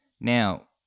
Now